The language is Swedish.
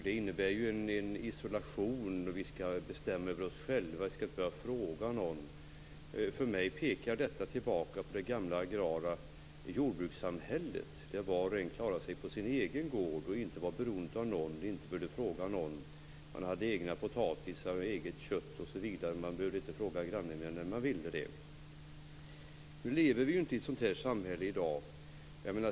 Det innebär ju en isolation. Vi skall också bestämma över oss själva och inte behöva fråga någon. För mig pekar detta tillbaka mot det gamla agrara jordbrukssamhället där var och en klarade sig på sin egen gård, inte var beroende av någon och inte behövde fråga någon. Man hade egna potatisar, eget kött osv. Man behövde inte fråga grannen mer än när man ville det. Nu lever vi ju inte i ett sådant här samhälle i dag.